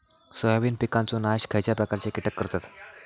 Soybean पिकांचो नाश खयच्या प्रकारचे कीटक करतत?